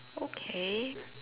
okay